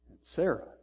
Sarah